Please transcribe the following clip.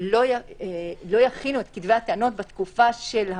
לא יכינו את כתבי הטענות בתקופת המהו"ת,